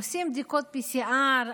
עושים בדיקות PCR,